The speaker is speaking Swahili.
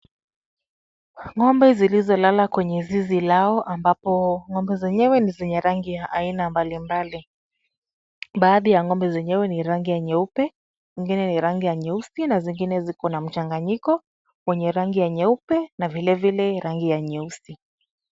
Ng'ombe zilizo lala kwenye zizi lao, ambapo ng'ombe zenyewe ni zenye rangi ya aina mbalimbali. Baadhi ya ng'ombe zenyewe ni rangi ya nyeupe, ingine ni rangi ya nyeusi na zingine ziko na mchanganyiko wenye rangi ya nyeupe na vilevile rangi ya nyeusi.